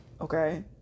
Okay